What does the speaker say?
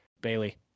Bailey